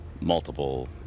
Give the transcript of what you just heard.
Multiple